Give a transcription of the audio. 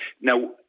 Now